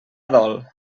dol